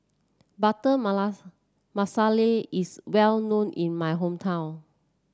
Butter Malasa Masala is well known in my hometown